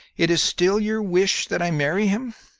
it is still your wish that i marry him?